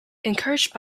encouraged